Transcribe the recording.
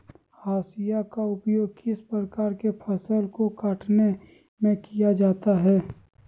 हाशिया का उपयोग किस प्रकार के फसल को कटने में किया जाता है?